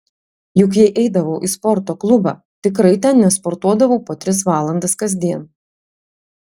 juk jei eidavau į sporto klubą tikrai ten nesportuodavau po tris valandas kasdien